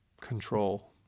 control